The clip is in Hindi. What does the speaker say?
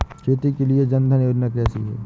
खेती के लिए जन धन योजना कैसी है?